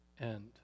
end